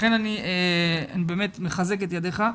לכן אני מחזק את ידיך.